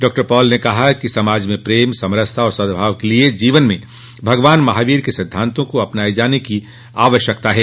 डॉ पॉल ने कहा कि समाज में प्रेम समरसता व सदभाव के लिए जीवन में भगवान महावीर के सिद्धांतो को अपनाए जाने की आवश्यकता है